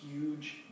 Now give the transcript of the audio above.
huge